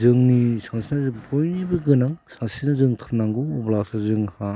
जोंनि सानस्रिनाया बयनिबो गोनां सानस्रिनो रोंथारनांगौ अब्लासो जोंहा